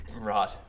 Right